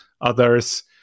Others